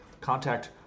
Contact